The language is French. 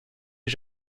les